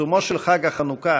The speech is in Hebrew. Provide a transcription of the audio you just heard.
בעיצומו של חג החנוכה,